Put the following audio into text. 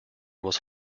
was